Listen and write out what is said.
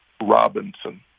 Robinson